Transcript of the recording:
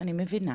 אני מבינה.